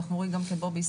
אנחנו רואים גם פה בישראל,